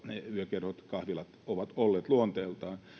yökerhot ja kahvilat ovat olleet luonteeltaan